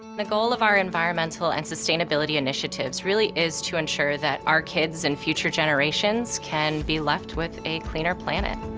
and the goal of our environmental and sustainability initiatives really is to ensure that our kids and future generations can be left with a cleaner planet.